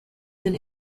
been